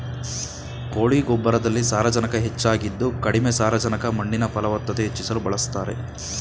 ಕೋಳಿ ಗೊಬ್ಬರದಲ್ಲಿ ಸಾರಜನಕ ಹೆಚ್ಚಾಗಿದ್ದು ಕಡಿಮೆ ಸಾರಜನಕದ ಮಣ್ಣಿನ ಫಲವತ್ತತೆ ಹೆಚ್ಚಿಸಲು ಬಳಸ್ತಾರೆ